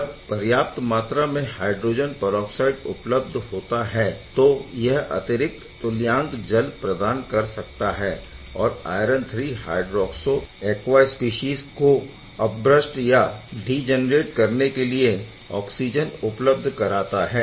जब पर्याप्त मात्र में हायड्रोजन परऑक्साइड उपलब्ध होता है तो यह अतिरिक्त तुल्यांक जल प्रदान कर सकता है और iron III hydroxo aqua species के अपभ्रस्ट या डीजैनैरेट करने के लिए ऑक्सिजन उपलब्ध करता है